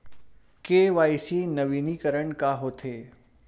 KYC नवीनीकरण का होथे?